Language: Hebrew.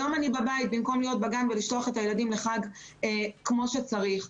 היום אני בבית במקום להיות בגן ולשלוח את הילדים לחג כפי שצריך.